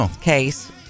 case